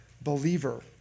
believer